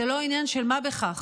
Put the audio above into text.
זה לא עניין של מה בכך,